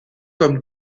comme